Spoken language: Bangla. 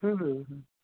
হুম হুম হু হুম